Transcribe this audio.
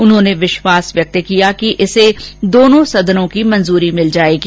उन्होंने विश्वास व्यक्त किया कि इसे दोनों सदनों की मंजूरी मिल जायेगी